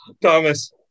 Thomas